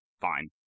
fine